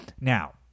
Now